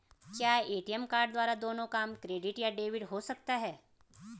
क्या ATM card द्वारा दोनों काम क्रेडिट या डेबिट हो सकता है?